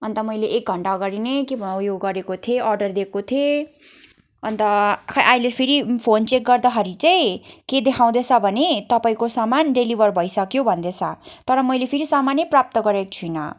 अन्त मैले एक घन्टा अघाडि नै के पो ऊ यो गरेको अर्डर दिएको थिएँ अन्त खोइ अहिले फेरि फोन चेक गर्दाखेरि चाहिँ के देखाउँदैछ भने तपाईँको सामान डेलिभर भइसक्यो भन्दैछ तर मैले फेरि सामानै प्राप्त गरेको छुइनँ